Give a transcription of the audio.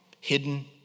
Hidden